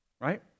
right